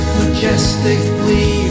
majestically